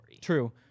True